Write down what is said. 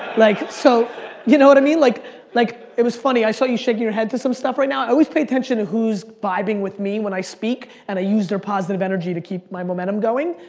like so you know what i mean? like like it was funny, i saw you shaking your head to some stuff right now. i always pay attention to who's vibing with me when i speak, and i use their positive energy to keep my momentum going.